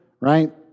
right